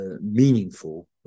meaningful